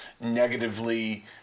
negatively